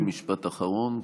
רק משפט אחרון.